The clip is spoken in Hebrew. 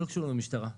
לא קשורים למשטרה,